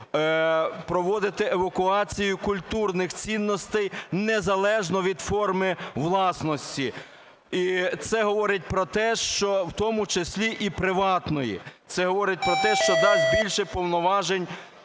проводити евакуацію культурних цінностей незалежно від форми власності. І це говорить про те, що… В тому числі і приватної. Це говорить про те, що дасть більше повноважень